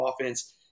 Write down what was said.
offense